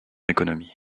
économie